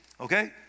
okay